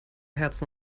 herz